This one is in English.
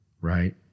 right